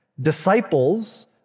Disciples